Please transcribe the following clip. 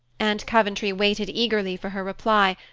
and coventry waited eagerly for her reply,